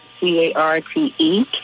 C-A-R-T-E